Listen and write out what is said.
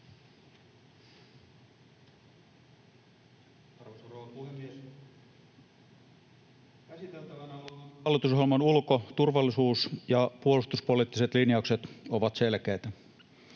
Arvoisa rouva puhemies! Käsiteltävänä olevan hallitusohjelman ulko-, turvallisuus- ja puolustuspoliittiset linjaukset ovat selkeitä.